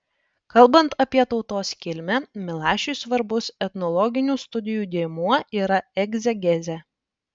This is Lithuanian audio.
kalbant apie tautos kilmę milašiui svarbus etnologinių studijų dėmuo yra egzegezė